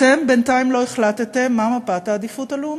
אתם, בינתיים לא החלטתם מה מפת העדיפות הלאומית.